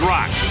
Rock